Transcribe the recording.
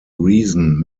reason